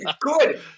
good